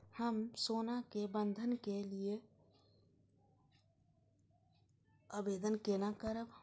हम सोना के बंधन के लियै आवेदन केना करब?